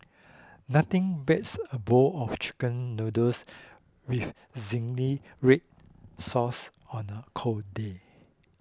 nothing beats a bowl of Chicken Noodles with Zingy Red Sauce on a cold day